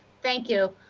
thank you.